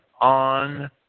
on